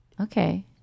Okay